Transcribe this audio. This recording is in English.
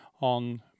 on